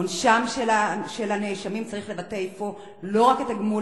עונשם של הנאשמים צריך לבטא אפוא לא רק את הגמול